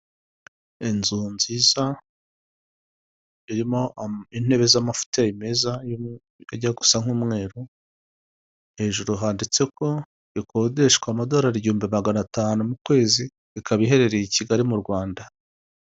Inzu nziza irimo intebe z'amafuteyi meza ajya gusa nk'umweru, hejuru handitse ko ikodeshwa amadorari igihumbi na magana atanu mu kwezi, ikaba iherereye i Kigali mu Rwanda.